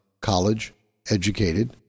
college-educated